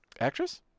Actress